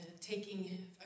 taking